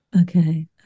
Okay